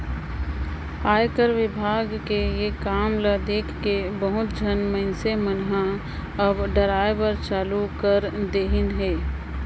आयकर विभाग के ये काम ल देखके बहुत झन मइनसे मन हर अब डराय बर चालू कइर देहिन हे